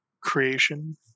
creation